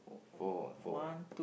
four four